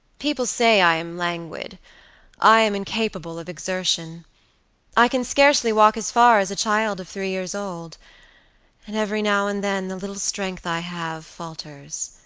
people say i am languid i am incapable of exertion i can scarcely walk as far as a child of three years old and every now and then the little strength i have falters,